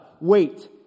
Wait